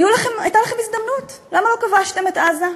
הייתה לכם הזדמנות, למה לא כבשתם את עזה?